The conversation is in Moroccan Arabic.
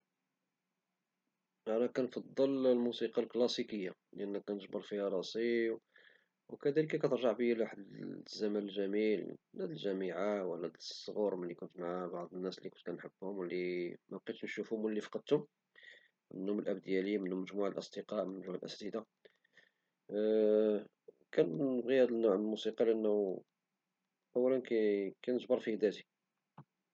كنفضل الموسيقى الكلاسيكية لأن كنجبر فيها راسي وكدرجع بيا لواحد الزمن جميل لا د الجامعة ولا د الصغر ملي كنت مع الناس لي كنت كنحبهم ولي مبقيتش نشوفهم ولي فقدتهم منهم الأب ديالي ومنهم مجموعة ديال الأصدقاء وكنبغي هد الموسيقى لأنه كنجبر فيه ذاتي.